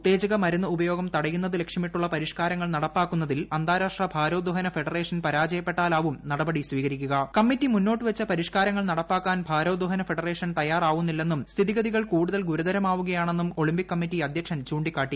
ഉത്തേജക മരുന്ന് ഉപയോഗം തടയുന്നത് ലക്ഷ്യമിട്ടുളള പരിഷ്കാരങ്ങൾ നടപ്പാക്കുന്നതിൽ അന്താരാഷ്ട്ര ഭാരോദ്ധഹ്ന ഫെഡറേഷൻ പരാജയപ്പട്ടാലാവും നടപടി സ്വീകരിക്കൂക്പ്പ് കമ്മിറ്റി മുന്നോട്ടു വച്ച പരിഷ്കാരങ്ങൾ നട്പ്പാക്കാൻ ഭാരോദ്ധഹന ഫെഡറേഷൻ തയ്യാറാവുന്നില്ലെന്നും സ്ഥിതിഗതികൾ കൂടുതൽ ഗുരുതരമാവുകയാണെന്നും ഒളിമ്പിക് കമ്മിറ്റി അധൃക്ഷൻ ചൂണ്ടിക്കാട്ടി